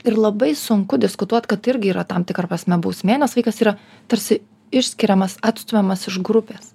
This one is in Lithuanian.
ir labai sunku diskutuot kad irgi yra tam tikra prasme bausmė nes vaikas yra tarsi išskiriamas atstumiamas iš grupės